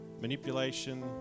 manipulation